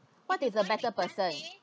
what is a better person